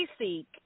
seek